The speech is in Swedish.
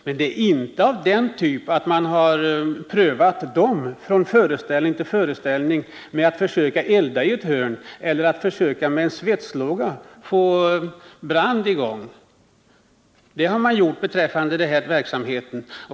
Men de lokalerna har inte varit av den typen att man prövat dem från föreställning till föreställning genom att försöka elda i ett hörn eller genom att försöka få brand i gång med en svetslåga. Det har man gjort beträffande den här verksamheten.